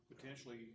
potentially